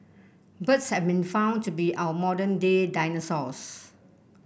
birds have been found to be our modern day dinosaurs